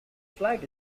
flag